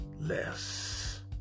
less